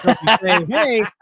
Hey